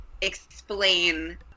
explain